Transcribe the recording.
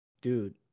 Dude